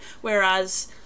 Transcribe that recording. Whereas